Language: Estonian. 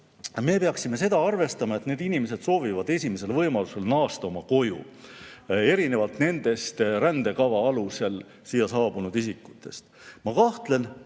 me peaksime seda arvestama, et need inimesed soovivad esimesel võimalusel naasta oma koju, erinevalt nendest rändekava alusel siia saabunud isikutest. Ma kahtlen,